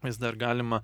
nes dar galima